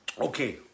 Okay